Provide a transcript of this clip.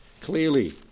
clearly